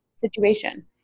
situation